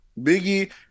Biggie